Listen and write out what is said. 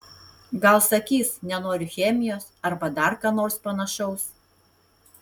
gal sakys nenoriu chemijos arba dar ką nors panašaus